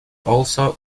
also